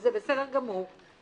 וזה בסדר גמור,